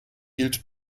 gilt